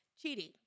cheating